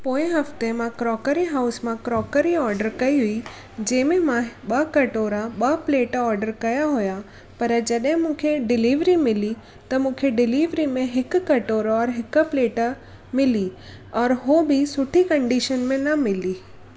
पोएं हफ़्ते मां क्रॉकरी हाउस मां क्रॉकरी ऑडर कई हुई जंहिंमें मां ॿ कटोरा ॿ प्लेट ऑडर कया हुया पर जॾहिं मूंखे डिलिवरी मिली त मूंखे डिलिवरी में हिकु कटोरो और हिकु प्लेट मिली और हो बि सुठी कंडीशन में न मिली